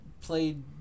played